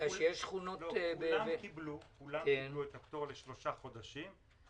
כולם קיבלו את הפטור לשלושה חודשים,